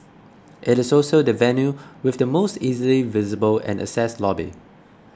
it is also the venue with the most easily visible and accessed lobby